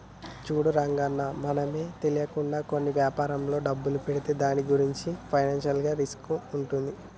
చూడు రంగన్న మనమే తెలియకుండా కొన్ని వ్యాపారంలో డబ్బులు పెడితే దాని గురించి ఫైనాన్షియల్ రిస్క్ ఉంటుంది